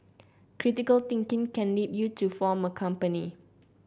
critical thinking can lead you to form a company